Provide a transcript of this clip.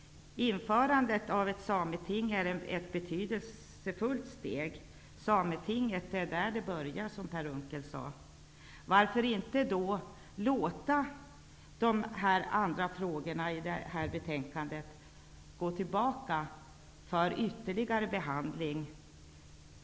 Införandet av ett sameting är ett betydelsefullt steg. Sametinget är en början, som Per Unckel sade. Varför då inte låta övriga frågor som behandlas i betänkandet återförvisas för ytterligare beredning?